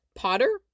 potter